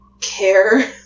care